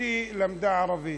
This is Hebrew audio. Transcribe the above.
אשתי למדה ערבית.